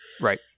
right